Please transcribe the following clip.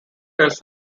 tells